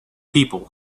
people